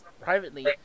privately